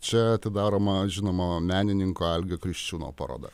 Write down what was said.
čia atidaroma žinomo menininko algio kriščiūno paroda